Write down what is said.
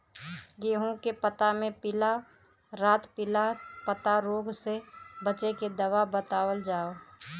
गेहूँ के पता मे पिला रातपिला पतारोग से बचें के दवा बतावल जाव?